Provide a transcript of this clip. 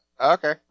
okay